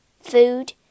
food